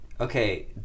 Okay